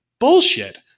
Bullshit